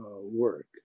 work